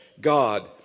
God